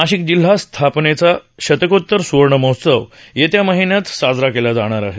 नाशिक जिल्हा स्थापनेचा शतकोतर सुवर्ण महोत्सव येत्या मे महिन्यात साजरा केला जाणार आहे